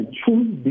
choose